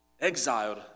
exiled